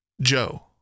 Joe